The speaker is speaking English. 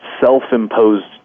self-imposed